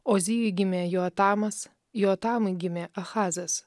ozijui gimė joatamas joatamui gimė achazas